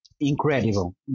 Incredible